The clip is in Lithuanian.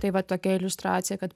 tai va tokia iliustracija kad